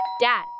Dad